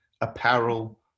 apparel